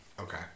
Okay